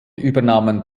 übernahmen